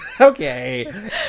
Okay